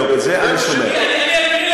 חבריא, אני הלכתי לבדוק את זה.